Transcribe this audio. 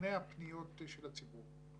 ומנגנוני הפניות של הציבור.